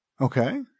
Okay